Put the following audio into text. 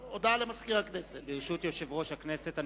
ברשות יושב-ראש הכנסת,